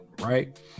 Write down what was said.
right